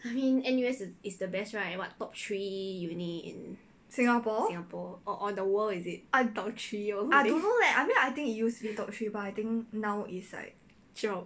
singapore I I don't know leh I mean I think it use to be top three but I think now is like drop